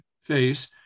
face